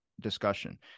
discussion